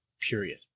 period